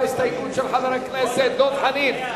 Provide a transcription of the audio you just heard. על ההסתייגות של חבר הכנסת דב חנין.